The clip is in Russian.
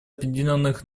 объединенных